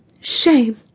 Shame